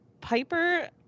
Piper